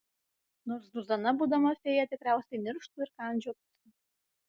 nors zuzana būdama fėja tikriausiai nirštų ir kandžiotųsi